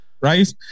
right